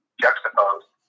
juxtaposed